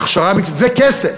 הכשרה מקצועית זה כסף.